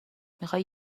میخوای